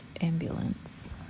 ambulance